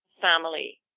family